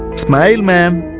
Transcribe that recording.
smile man